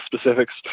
specifics